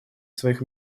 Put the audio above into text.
своих